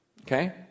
Okay